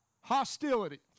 hostility